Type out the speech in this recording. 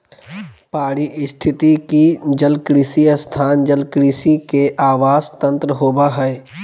पारिस्थितिकी जलकृषि स्थान जलकृषि के आवास तंत्र होबा हइ